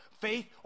faith